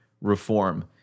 reform